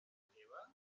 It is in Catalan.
teva